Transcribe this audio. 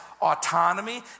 autonomy